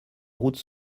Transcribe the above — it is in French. routes